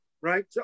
Right